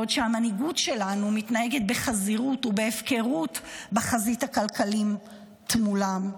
בעוד שהמנהיגות שלנו מתנהגת בחזירות ובהפקרות בחזית הכלכלית מולם.